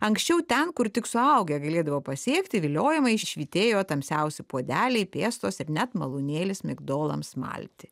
anksčiau ten kur tik suaugę galėdavo pasiekti viliojamai švytėjo tamsiausi puodeliai piestos ir net malūnėlis migdolams malti